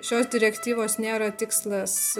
šios direktyvos nėra tikslas